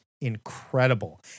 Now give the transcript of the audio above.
incredible